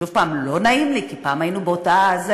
שוב פעם, לא נעים לי כי פעם היינו גם באותה סירה,